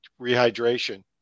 rehydration